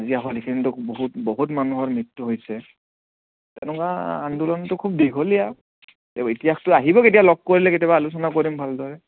বহুত বহুত মানুহৰ মৃত্যু হৈছে তেনেকুৱা আন্দোলনটো খুব দীঘলীয়া ইতিহাসটো আহিব কেতিয়া লগ কৰিলে কেতিয়াবা আলোচনা কৰিম ভালদৰে